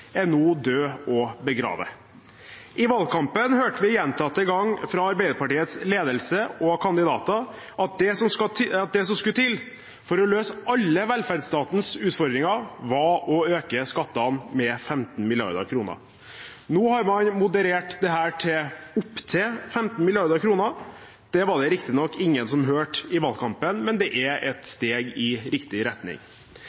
er nå død og begravet. I valgkampen hørte vi gjentatte ganger fra Arbeiderpartiets ledelse og kandidater at det som skulle til for å løse alle velferdsstatens utfordringer, var å øke skattene med 15 mrd. kr. Nå har man moderert dette til opp til 15 mrd. kr. Det var det riktignok ingen som hørte i valgkampen, men det er et